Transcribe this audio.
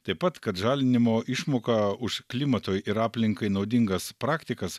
taip pat kad žalinimo išmoka už klimatui ir aplinkai naudingas praktikas